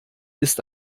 ist